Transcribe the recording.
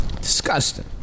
Disgusting